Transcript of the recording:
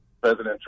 President